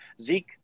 zeke